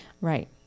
right